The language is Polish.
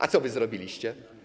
A co wy zrobiliście?